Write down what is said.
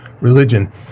religion